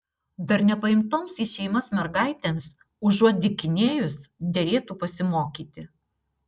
dar nepaimtoms į šeimas mergaitėms užuot dykinėjus derėtų pasimokyti